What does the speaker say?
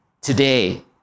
today